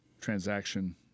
transaction